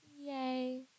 yay